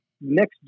next